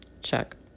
check